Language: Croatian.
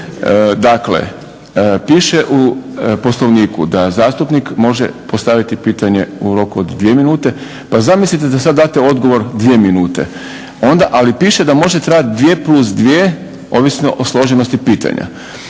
Dakle, piše u Poslovniku da zastupnik može postaviti pitanje u roku od 2 minute, pa zamislite da sad date odgovor dvije minute. Ali piše da može trajati dvije plus dvije ovisno o složenosti pitanja.